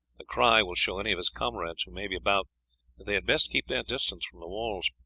the cry will show any of his comrades who may be about that they had best keep their distance from the walls.